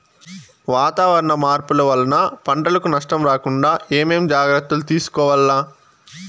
వాతావరణ మార్పులు వలన పంటలకు నష్టం రాకుండా ఏమేం జాగ్రత్తలు తీసుకోవల్ల?